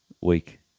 week